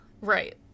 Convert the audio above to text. right